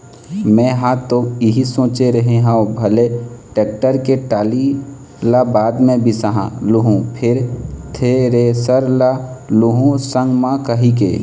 मेंहा ह तो इही सोचे रेहे हँव भले टेक्टर के टाली ल बाद म बिसा लुहूँ फेर थेरेसर ल लुहू संग म कहिके